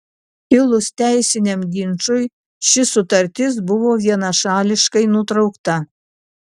kilus teisiniam ginčui ši sutartis buvo vienašališkai nutraukta